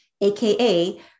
aka